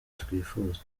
twifuza